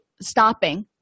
stopping